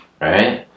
Right